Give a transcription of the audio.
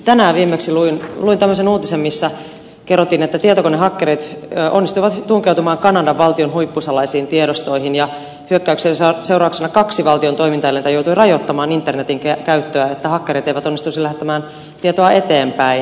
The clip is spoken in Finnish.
tänään viimeksi luin tämmöisen uutisen missä kerrottiin että tietokonehakkerit onnistuivat tunkeutumaan kanadan valtion huippusalaisiin tiedostoihin ja hyökkäyksen seurauksena kaksi valtion toimintaelintä joutui rajoittamaan internetin käyttöä niin että hakkerit eivät onnistuisi lähettämään tietoa eteenpäin